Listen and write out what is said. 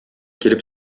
килеп